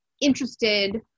interested